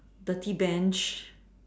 dirty Bench